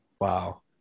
Wow